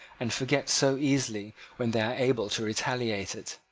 and forget so easily when they are able to retaliate it.